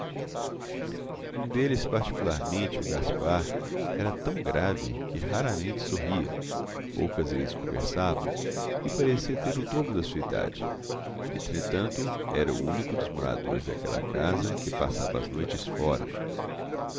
um deles particularmente o gaspar era tão grave que raramente sorria poucas vezes conversava e parecia ter o dobro da sua idade entretanto era o único dos moradores daquela casa que passava as noites fora